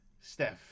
Steph